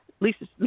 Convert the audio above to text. Lisa